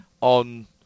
on